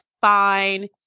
fine